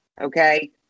okay